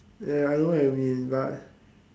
ya I don't know what you mean but